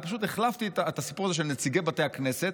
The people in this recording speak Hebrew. זה פשוט החלפתי את הסיפור הזה של נציגי בתי הכנסת,